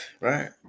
Right